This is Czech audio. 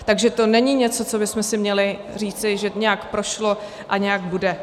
Takže to není něco, co bychom si měli říci, že nějak prošlo a nějak bude.